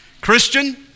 Christian